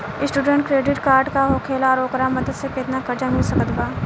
Student credit card का होखेला और ओकरा मदद से केतना कर्जा मिल सकत बा?